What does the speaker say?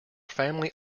family